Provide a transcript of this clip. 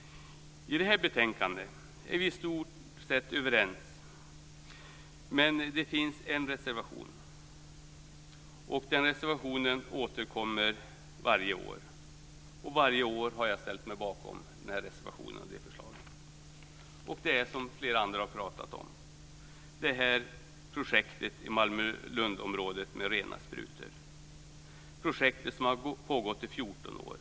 I det här betänkandet är vi i stort sett överens, men det finns en reservation. Den reservationen återkommer varje år, och varje år har jag ställt mig bakom den här reservationen. Den handlar om projektet med rena sprutor i Malmö och Lund som har pågått i 14 år.